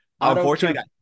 Unfortunately